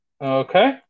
Okay